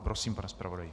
Prosím, pane zpravodaji.